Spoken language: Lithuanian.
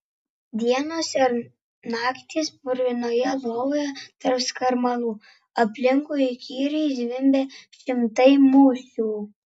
dienos ir naktys purvinoje lovoje tarp skarmalų aplinkui įkyriai zvimbia šimtai musių